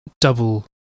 double